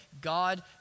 God